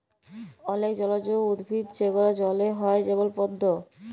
অলেক জলজ উদ্ভিদ যেগলা জলে হ্যয় যেমল পদ্দ